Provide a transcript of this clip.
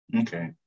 Okay